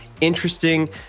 interesting